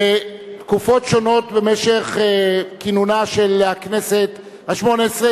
בתקופות שונות במשך כינונה של הכנסת השמונה-עשרה